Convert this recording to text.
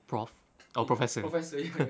prof oh professor